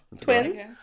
Twins